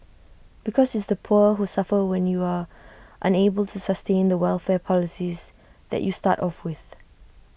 because it's the poor who suffer when you are unable to sustain the welfare policies that you start off with